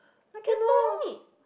then don't need